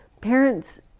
parents